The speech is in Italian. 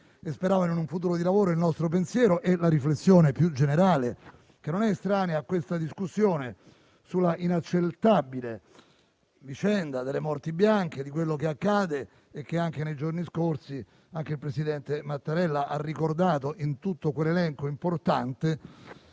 e speravano in un futuro di lavoro va il nostro pensiero e la riflessione più generale, che non è estranea a questa discussione, sull'inaccettabile vicenda delle morti bianche e di quanto accade, che nei giorni scorsi anche il presidente Mattarella ha ricordato, in quell'elenco importante